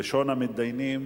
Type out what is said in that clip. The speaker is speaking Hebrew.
ראשון המתדיינים,